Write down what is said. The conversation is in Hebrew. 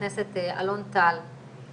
שלדעתי הם דברים חשובים ביותר שמדינת ישראל צריכה,